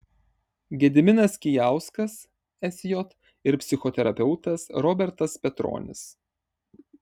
gediminas kijauskas sj ir psichoterapeutas robertas petronis